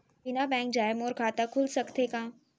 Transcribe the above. बिना बैंक जाए मोर खाता खुल सकथे का?